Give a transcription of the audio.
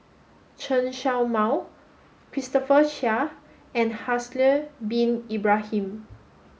Chen Show Mao Christopher Chia and Haslir Bin Ibrahim